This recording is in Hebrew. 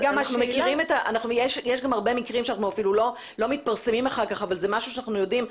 יש הרבה מקרים שאפילו לא מתפרסמים אחר כך אבל זה משהו שאנחנו יודעים,